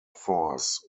force